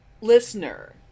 listener